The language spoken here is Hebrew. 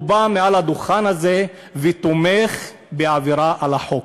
הוא בא ומעל הדוכן הזה תומך בעבירה על החוק.